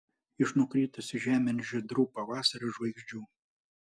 iš nukritusių žemėn žydrų pavasario žvaigždžių